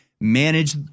manage